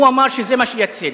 הוא אמר שזה מה שיציל.